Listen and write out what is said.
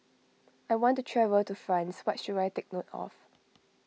I want to travel to France what should I take note of